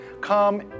come